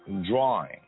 drawing